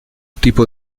tipo